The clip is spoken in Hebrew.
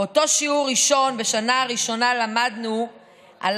באותו שיעור ראשון בשנה הראשונה למדנו על